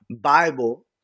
Bible